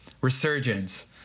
Resurgence